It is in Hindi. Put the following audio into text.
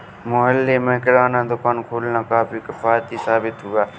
मोहल्ले में किराना दुकान खोलना काफी किफ़ायती साबित हुआ